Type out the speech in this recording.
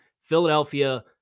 Philadelphia